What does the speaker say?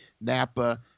NAPA